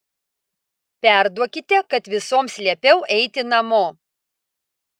perduokite kad visoms liepiau eiti namo